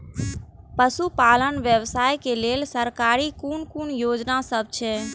पशु पालन व्यवसाय के लेल सरकारी कुन कुन योजना सब छै?